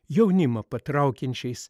jaunimą patraukiančiais